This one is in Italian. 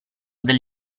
del